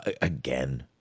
Again